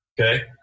Okay